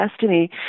destiny